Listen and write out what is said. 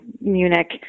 Munich